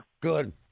Good